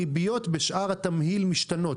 הריביות בשאר התמהיל ישתנו.